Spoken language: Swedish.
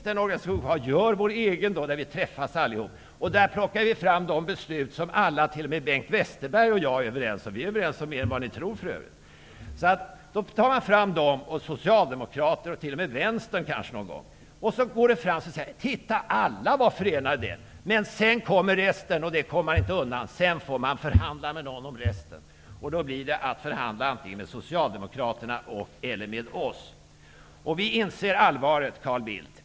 Där kan man plocka fram de förslag som alla, t.o.m. Bengt Westerberg och jag, kan bli överens om. Vi är för övrigt överens om mer än ni tror. Man plockar också fram Socialdemokraternas förslag och kanske t.o.m. Vänsterpartiets någon gång. Man ser vad som förenar förslagen. Sedan kommer resten, och det kommer man inte undan. Det får man förhandla om, antingen med Socialdemokraterna eller med oss. Vi inser allvaret, Carl Bildt.